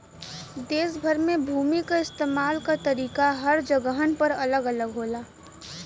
देस भर में भूमि क इस्तेमाल क तरीका हर जगहन पर अलग अलग होला